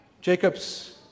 Jacob's